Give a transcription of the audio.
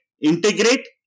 Integrate